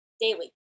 daily